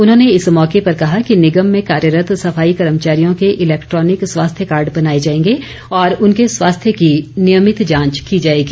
उन्होंने इस मौके पर कहा कि निगम में कार्यरत सफाई कर्मचारियों के इलेक्ट्रॉनिक स्वास्थ्य कार्ड बनाए जाएंगे और उनके स्वास्थ्य की नियमित जांच की जाएगी